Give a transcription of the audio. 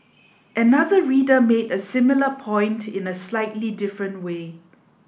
another reader made a similar point in a slightly different way